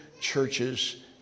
churches